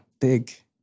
big